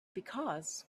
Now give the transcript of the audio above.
because